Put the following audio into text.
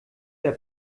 der